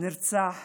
נרצח